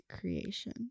creation